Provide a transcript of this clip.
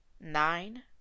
nine